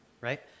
right